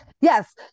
Yes